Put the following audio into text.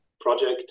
project